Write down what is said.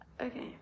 Okay